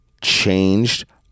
changed